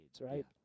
right